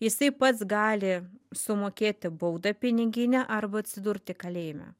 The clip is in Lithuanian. jisai pats gali sumokėti baudą piniginę arba atsidurti kalėjime